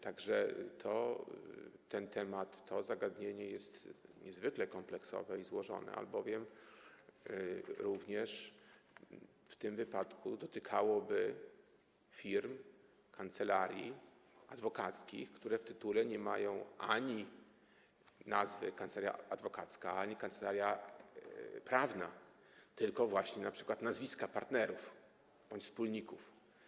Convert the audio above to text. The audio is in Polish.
Tak że ten temat, to zagadnienie jest niezwykle kompleksowe i złożone, albowiem również w tym wypadku dotykałoby firm, kancelarii adwokackich, które w tytule nie mają nazwy: „kancelaria adwokacka” ani „kancelaria prawna”, tylko np. nazwiska partnerów bądź wspólników.